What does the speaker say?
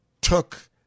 took